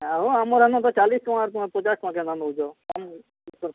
ଆଉ ଆମର୍ ଇନୁ ତ ଚାଲିଶ୍ ଟଙ୍କା ତୁମେ ପଚାଶ୍ ଟଙ୍କା କେନ୍ତା ନଉଚ